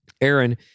Aaron